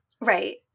right